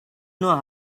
know